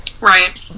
Right